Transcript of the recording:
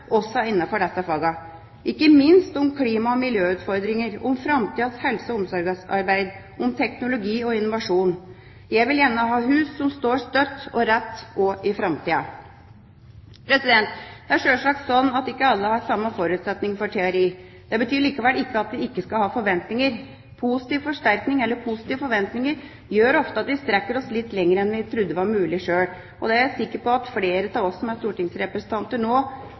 også innenfor disse fagene, ikke minst om klima- og miljøutfordringer, om framtidas helse- og omsorgsarbeid, om teknologi og innovasjon. Jeg vil gjerne ha hus som står støtt og rett også i framtida. Det er sjølsagt sånn at ikke alle har samme forutsetninger for teori. Det betyr likevel ikke at vi ikke skal ha forventninger! Positiv forsterkning, eller positive forventninger, gjør at vi ofte strekker oss litt lenger enn vi trodde var mulig sjøl. Det er jeg sikker på at flere av oss som er stortingsrepresentanter nå,